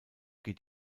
geht